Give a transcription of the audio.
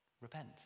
Repent